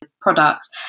products